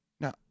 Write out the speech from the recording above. Now